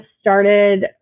started